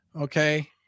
Okay